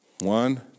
one